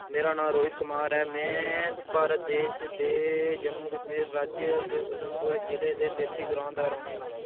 मेरा नांऽ रोहित कुमार ऐ मैं भारत देश दे जम्मू कश्मीर राज्य ते उधमपुर जि'ले दे तेरसी ग्रांऽ दा रौह्ने आह्ला आं